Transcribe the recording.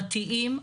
החברתיים,